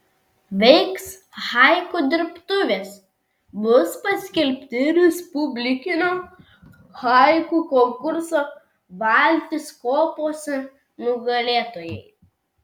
veiks haiku dirbtuvės bus paskelbti respublikinio haiku konkurso valtys kopose nugalėtojai